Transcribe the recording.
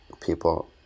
people